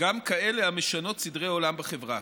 גם כאלה המשנות סדרי עולם וחברה.